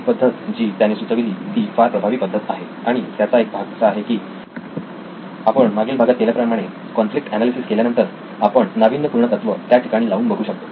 एक पद्धत जी त्याने सुचविली ती फार प्रभावी पद्धत आहे आणि त्याचा एक भाग असा आहे की आपण मागील भागात केल्याप्रमाणे कॉन्फ्लिक्ट एनालिसिस केल्यानंतर आपण नाविन्यपूर्ण तत्व त्या ठिकाणी लावून बघू शकतो